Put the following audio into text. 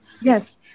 Yes